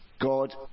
god